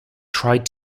tried